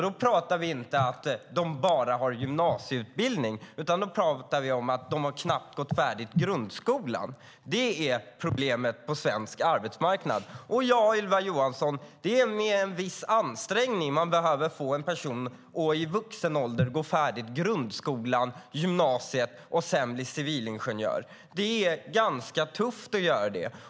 Då pratar vi inte om att de bara har gymnasieutbildning, utan då pratar vi om att de knappt har gått färdigt grundskolan. Det är problemet på svensk arbetsmarknad. Ja, Ylva Johansson, det krävs en viss ansträngning för att få en person att i vuxen ålder gå färdigt grundskolan, gymnasiet och sedan bli civilingenjör. Det är ganska tufft att göra det.